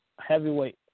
heavyweight